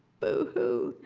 boo hoo!